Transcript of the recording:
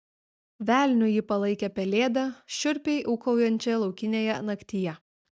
velniu ji palaikė pelėdą šiurpiai ūkaujančią laukinėje naktyje